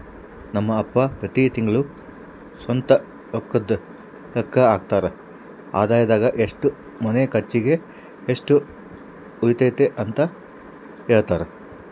ನಮ್ ಅಪ್ಪ ಪ್ರತಿ ತಿಂಗ್ಳು ಸ್ವಂತ ರೊಕ್ಕುದ್ ಲೆಕ್ಕ ಹಾಕ್ತರ, ಆದಾಯದಾಗ ಎಷ್ಟು ಮನೆ ಕರ್ಚಿಗ್, ಎಷ್ಟು ಉಳಿತತೆಂತ ಹೆಳ್ತರ